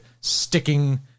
sticking